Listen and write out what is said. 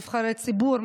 נבחרי ציבור,